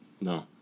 No